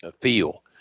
feel